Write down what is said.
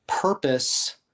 purpose